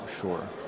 sure